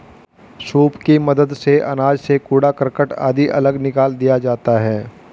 soup की मदद से अनाज से कूड़ा करकट आदि अलग निकाल दिया जाता है